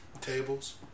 Tables